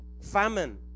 famine